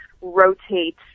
rotate